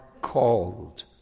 called